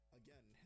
again